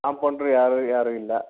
compounder ಯಾರು ಯಾರು ಇಲ್ಲ